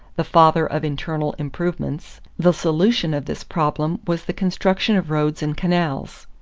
the father of internal improvements, the solution of this problem was the construction of roads and canals.